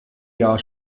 jahr